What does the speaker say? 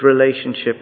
relationship